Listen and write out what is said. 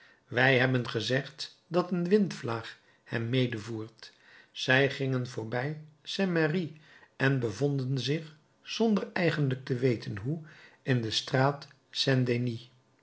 wij hebben gezegd dat een windvlaag hem medevoert zij gingen voorbij saint merry en bevonden zich zonder eigenlijk te weten hoe in de straat